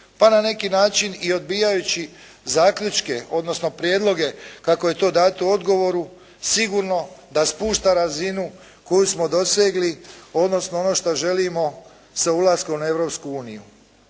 pa na neki način i odbijajući zaključke odnosno prijedloge kako je to dato u odgovoru sigurno da spušta razinu koju smo dosegli odnosno ono što želimo sa ulaskom u Europsku uniju.